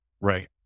Right